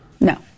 No